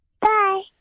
Bye